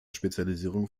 spezialisierung